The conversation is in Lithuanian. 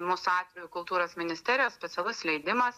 mūsų atveju kultūros ministerijos specialus leidimas